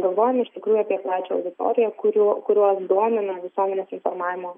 galvojom iš tikrųjų apie plačią auditoriją kuriuo kuriuos domina visuomenės informavimo